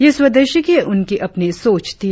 यह स्वदेशी की उनकी अपनी सोच थी